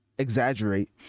exaggerate